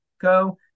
go